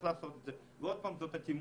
זאת אטימות,